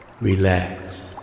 relax